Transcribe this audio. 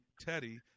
Teddy